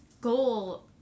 goal